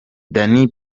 danny